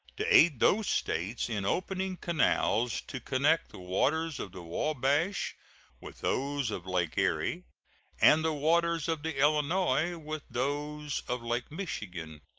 to aid those states in opening canals to connect the waters of the wabash with those of lake erie and the waters of the illinois with those of lake michigan.